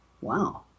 Wow